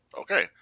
okay